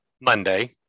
Monday